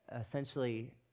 essentially